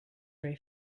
ray